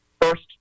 First